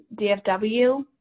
DFW